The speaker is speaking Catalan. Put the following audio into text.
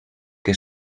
que